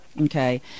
Okay